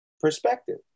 perspective